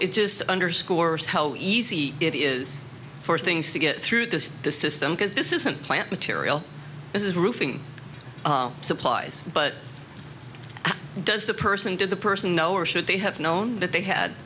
it just underscores how easy it is for things to get through this system because this isn't plant material this is roofing supplies but does the person did the person know or should they have known that they had